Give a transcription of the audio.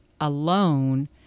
alone